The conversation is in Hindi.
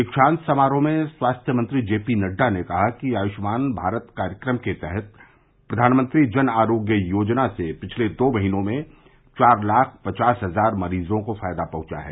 दीक्षांत समारोह में स्वास्थ्य मंत्री जेपी नड्डा ने कहा कि आयष्मान भारत कार्यक्रम के तहत प्रधानमंत्री जन आरोग्य योजना से पिछते दो महीनों में चार लाख पचास हजार मरीजों को फायदा पहचा है